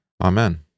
Amen